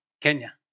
Kenya